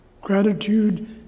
gratitude